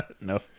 no